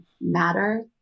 matter